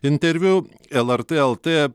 interviu lrt lt